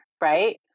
right